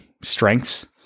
strengths